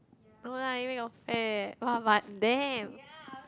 no lah you where got fat !wah! but damn